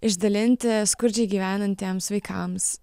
išdalinti skurdžiai gyvenantiems vaikams